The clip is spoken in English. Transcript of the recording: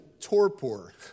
torpor